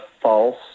false